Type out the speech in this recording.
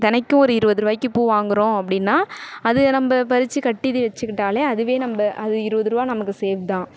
தினைக்கும் ஒரு இருபது ரூவாய்க்கு பூ வாங்குகிறோம் அப்படின்னா அதை நம்ம பறித்து கட்டி வச்சுக்கிட்டாலே அதுவே நம்ம அது இருபது ரூபா நமக்கு சேவ் தான்